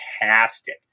fantastic